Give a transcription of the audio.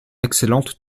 excellente